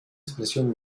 expresión